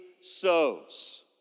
sows